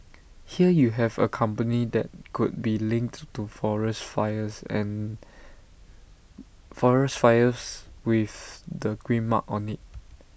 here you have A company that could be linked to forest fires and forest fires with the green mark on IT